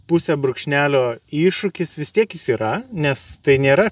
pusę brūkšnelio iššūkis vis tiek jis yra nes tai nėra